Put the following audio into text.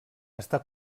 està